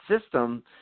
system